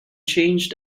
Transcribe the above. changed